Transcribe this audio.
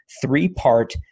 three-part